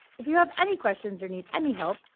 if you have any questions or need any help,